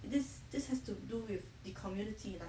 this this has to do with the community lah